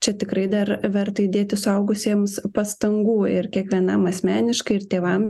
čia tikrai dar verta įdėti suaugusiems pastangų ir kiekvienam asmeniškai ir tėvam